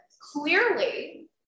clearly